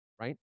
Right